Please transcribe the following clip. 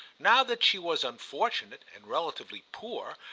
now that she was unfortunate and relatively poor,